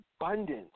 abundance